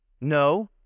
No